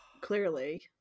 clearly